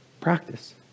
Practice